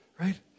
Right